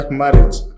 marriage